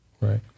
right